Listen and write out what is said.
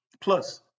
Plus